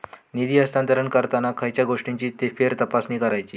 निधी हस्तांतरण करताना खयच्या गोष्टींची फेरतपासणी करायची?